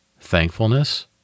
thankfulness